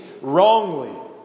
wrongly